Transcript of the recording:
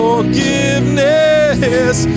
Forgiveness